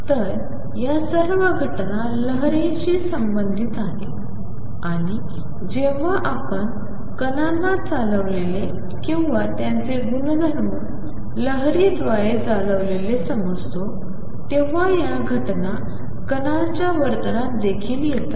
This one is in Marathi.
तर या सर्व घटना लहरींशी संबंधित आहेत आणि जेव्हा आपण कणांना चालवलेले किंवा त्यांचे गुणधर्म लहरी द्वारे चालवलेले समजतो तेव्हा या घटना कणांच्या वर्तनात देखील येतात